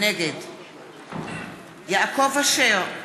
נגד יעקב אשר,